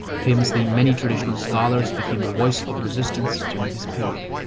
famously, many traditional scholars became the voice of resistance during this period.